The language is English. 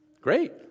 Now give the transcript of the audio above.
Great